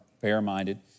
fair-minded